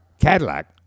Cadillac